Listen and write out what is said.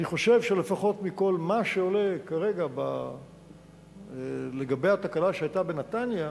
אני חושב שלפחות מכל מה שעולה כרגע לגבי התקלה שהיתה בנתניה,